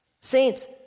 Saints